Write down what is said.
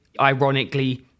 Ironically